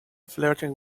flirting